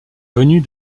venue